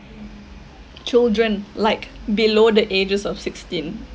children like below the ages of sixteen